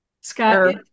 Scott